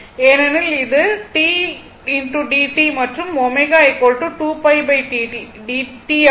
ஏனெனில் இது t dt மற்றும் ω 2π T ஆகும்